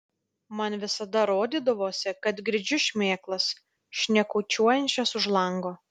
man visada rodydavosi kad girdžiu šmėklas šnekučiuojančias už lango